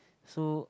so